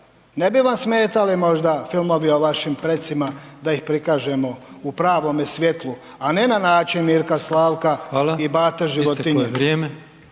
Ne bi vam smetali možda filmovi o vašim precima da ih prikažemo u pravome svjetlu, a ne na način Mirka, Slavka i Bata … /ne